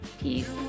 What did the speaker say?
peace